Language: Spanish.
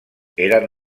eran